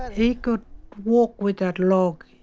he could walk with that log.